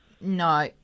No